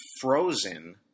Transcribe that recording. frozen